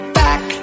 back